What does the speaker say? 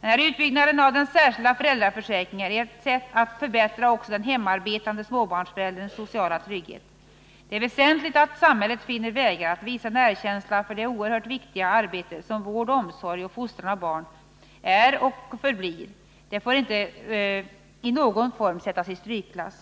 Den här utbyggnaden av den särskilda föräldraförsäkringen är ett sätt att förbättra också den hemarbetande småbarnsförälderns sociala trygghet. Det är väsentligt att samhället finner vägar att visa en erkänsla för det oerhört viktiga arbete som vård, omsorg och fostran av barn är och förblir. Det får inte i någon form sättas i strykklass.